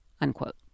unquote